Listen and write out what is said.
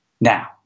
Now